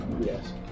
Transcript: Yes